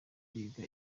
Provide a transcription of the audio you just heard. kwiga